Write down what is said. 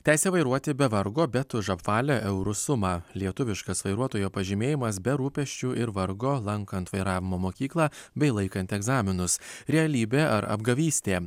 teisė vairuoti be vargo bet už apvalią eurų sumą lietuviškas vairuotojo pažymėjimas be rūpesčių ir vargo lankant vairavimo mokyklą bei laikant egzaminus realybė ar apgavystė